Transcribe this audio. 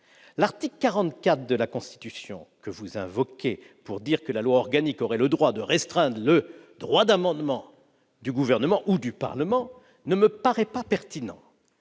L'article 44 de la Constitution, que vous invoquez pour dire que la loi organique pourrait restreindre le droit d'amendement du Gouvernement ou du Parlement, ne me paraît pas pertinent.